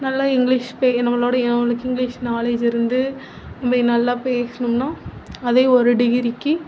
நல்ல இங்கிலீஷ் பே நம்மளுடைய நம்மளுக்கு இங்கிலீஷ் நாலேஜ் இருந்து நம்ம நல்லா பேசணும்னா அதே ஒரு டிகிரிக்கு